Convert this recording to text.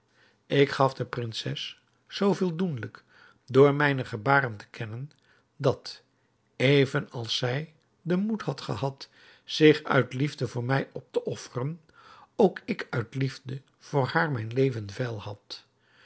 ik gaf de prinses zoo veel doenlijk door mijne gebaren te kennen dat even als zij den moed had gehad zich uit liefde voor mij op te offeren ook ik uit liefde voor haar mijn leven veil had